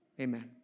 Amen